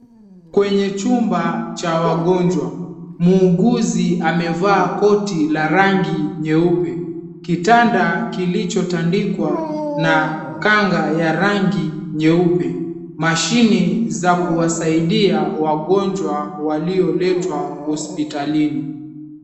Kwenye chumba cha wagonjwa, muuguzi amevaa koti la rangi nyeupe kitanda kilichotandikwa na kanga ya rangi nyeupe mashini za kuwasaidia wagonjwa walioletwa hospitalini.